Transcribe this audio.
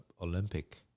Olympic